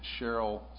Cheryl